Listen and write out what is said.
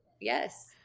Yes